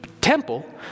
temple